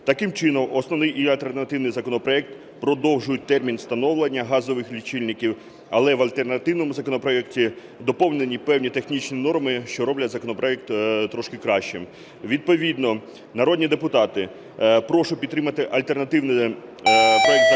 Таким чином, основний і альтернативний законопроекти продовжують термін встановлення газових лічильників, але в альтернативному законопроекті доповнені певні технічні норми, що роблять законопроект трошки кращим. Відповідно, народні депутати, прошу підтримати альтернативний проект Закону